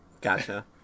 Gotcha